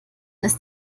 ist